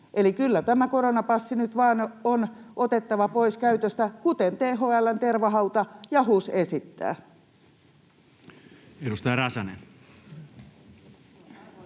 Eli kyllä tämä koronapassi nyt vaan on otettava pois käytöstä, kuten THL:n Tervahauta ja HUS esittävät. [Speech